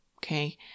Okay